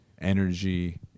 energy